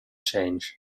change